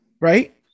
Right